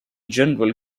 general